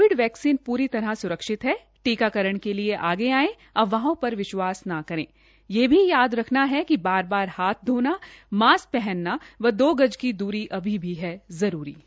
Covid vaccine पूरी तरह स्रक्षित है टीकाकरण के लिए आगे आएं अफवाहों पर विश्वास न करे यह भी याद रखना है कि बार बार हाथ धोना मास्क पहनना व दो गज की दूरी अभी भी जरूरी है